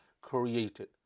created